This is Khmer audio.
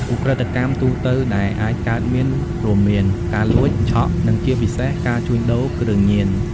ឧក្រិដ្ឋកម្មទូទៅដែលអាចកើតមានរួមមាន ការលួច ឆក់ និងជាពិសេស ការជួញដូរគ្រឿងញៀន។